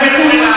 גברתי,